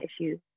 issues